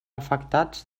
afectats